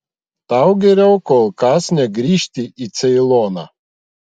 tau geriau kol kas negrįžti į ceiloną